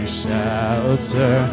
shelter